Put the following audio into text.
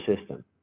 system